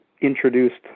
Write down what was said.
introduced